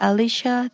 Alicia